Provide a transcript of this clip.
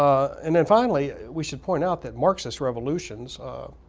and then finally, we should point out that marxist revolutions